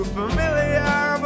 familiar